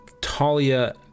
Talia